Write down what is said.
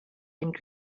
and